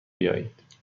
بیایید